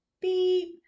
beep